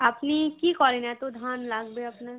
আপনি কী করেন এত ধান লাগবে আপনার